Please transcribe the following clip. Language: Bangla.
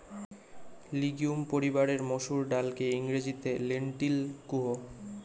লিগিউম পরিবারের মসুর ডালকে ইংরেজিতে লেন্টিল কুহ